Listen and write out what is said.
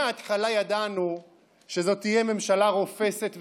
מהתחלה ידענו שזאת תהיה ממשלה רופסת וכושלת,